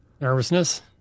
nervousness